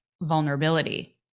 vulnerability